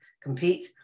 compete